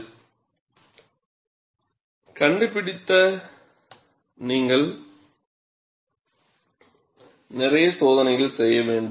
எனவே கண்டுபிடிக்க நீங்கள் நிறைய சோதனைகள் செய்ய வேண்டும்